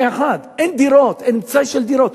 אין דירות, אין מצאי של דירות.